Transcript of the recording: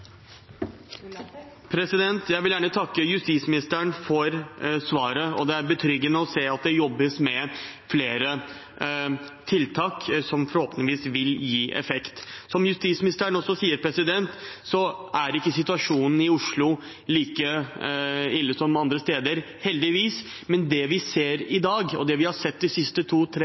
gjengkriminaliteten. Jeg vil gjerne takke justisministeren for svaret, og det er betryggende å se at det jobbes med flere tiltak som forhåpentligvis vil gi effekt. Som justisministeren også sier, er ikke situasjonen i Oslo like ille som andre steder, heldigvis, men det vi ser i dag, og som vi har sett de siste to– tre